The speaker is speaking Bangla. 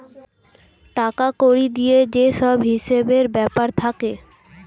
টাকা কড়ি দিয়ে যে সব হিসেবের ব্যাপার থাকে